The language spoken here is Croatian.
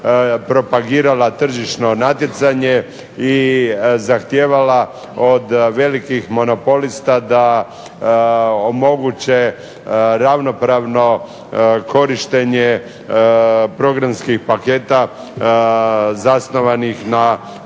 propagirala tržišno natjecanje i zahtijevala od velikih monopolista da omoguće ravnopravno korištenje programskih paketa zasnovanih na